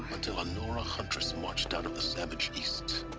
until a nora huntress marched out of the savage east.